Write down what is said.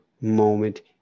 moment